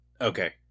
Okay